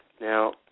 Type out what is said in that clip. Now